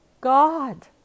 God